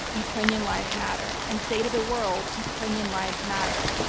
ukrainian lives matter. and say to the world, ukrainian lives matter.